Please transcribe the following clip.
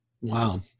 Wow